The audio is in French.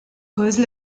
cause